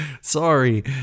Sorry